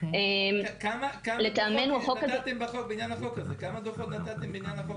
כמה דו"חות נתתם בעניין החוק הזה?